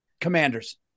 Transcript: commanders